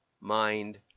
mind